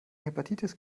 hepatitis